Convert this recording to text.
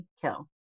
kill